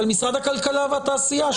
אבל משרד הכלכלה והתעשייה,